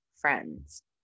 friends